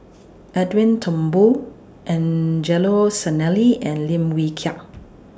Edwin Thumboo Angelo Sanelli and Lim Wee Kiak